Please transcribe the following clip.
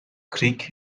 creek